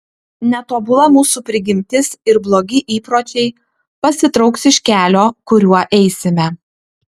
netobula mūsų prigimtis ir blogi įpročiai pasitrauks iš kelio kuriuo eisime